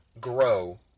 grow